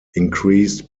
increased